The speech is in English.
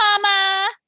Mama